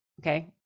Okay